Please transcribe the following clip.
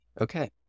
Okay